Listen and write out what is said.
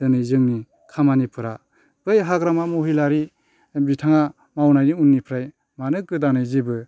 दिनै जोंनि खामानिफोरा बै हाग्रामा महिलारि बिथाङा मावनायनि उननिफ्राय मानो गोदानै जेबो